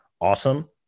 awesome